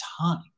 time